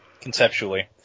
conceptually